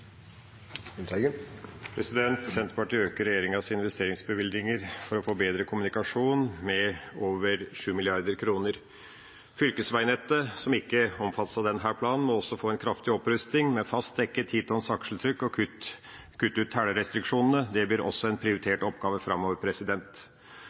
troende. Senterpartiet foreslår over 7 mrd. kr mer enn regjeringa til investeringsbevilgninger for å få bedre kommunikasjon. Fylkesveinettet, som ikke omfattes av denne planen, må også få en kraftig opprusting, med fast dekke, ti tonns akseltrykk, og en må kutte ut telerestriksjonene. Det blir også en